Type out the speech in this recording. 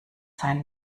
sein